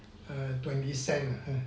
err twenty cent